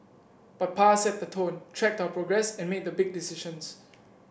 but Pa set the tone tracked our progress and made the big decisions